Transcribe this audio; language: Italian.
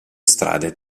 strade